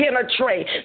penetrate